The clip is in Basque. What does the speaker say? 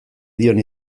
dion